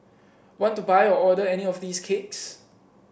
want to buy or order any of these cakes